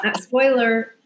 spoiler